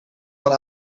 van